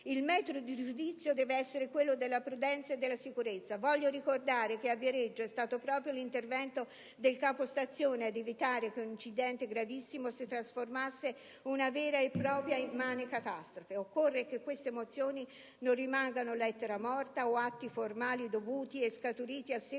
Il metro di giudizio deve essere quello della prudenza e della sicurezza. Ricordo che a Viareggio è stato proprio l'intervento del capostazione ad evitare che un incidente gravissimo si trasformasse in una vera e propria immane catastrofe. Occorre che queste mozioni non rimangano lettera morta o atti formali dovuti e scaturiti a